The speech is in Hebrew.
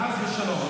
חס ושלום.